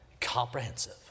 comprehensive